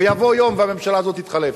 ויבוא יום והממשלה הזאת תתחלף.